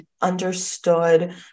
understood